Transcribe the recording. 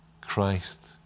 Christ